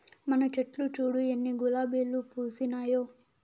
మన చెట్లు చూడు ఎన్ని గులాబీలు పూసినాయో